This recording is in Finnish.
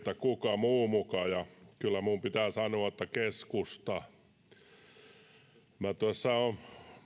kuka muu muka ja kyllä minun pitää sanoa että keskusta minä olen